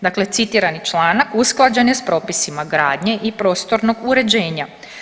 Dakle, citirani članak usklađen je sa propisima gradnje i prostornog uređenja.